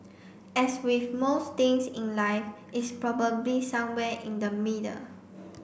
as with most things in life it's probably somewhere in the middle